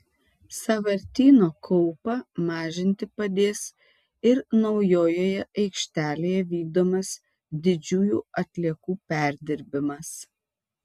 sąvartyno kaupą mažinti padės ir naujojoje aikštelėje vykdomas didžiųjų atliekų perdirbimas